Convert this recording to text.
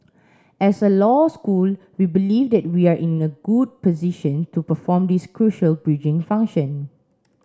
as a law school we believe that we are in a good position to perform this crucial bridging function